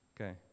Okay